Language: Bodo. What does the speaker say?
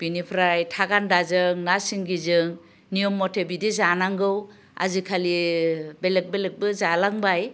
बिनिफ्राय थागान्दाजों ना सिंगिजों नियम मथे बिदि जानांगौ आजखालि बेलेख बेलेखबो जालांबाय